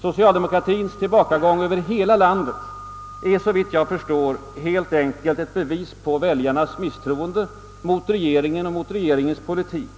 Socialdemokratiens tillbakagång över hela landet är, såvitt jag förstår, helt enkelt ett bevis på väljarnas misstroende mot regeringen och mot regeringens politik.